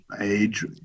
age